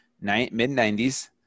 mid-90s